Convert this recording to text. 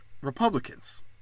Republicans